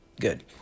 good